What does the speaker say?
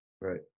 right